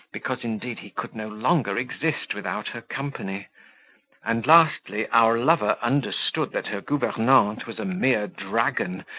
because indeed he could no longer exist without her company and, lastly, our lover understood that her governante was a mere dragon,